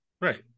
Right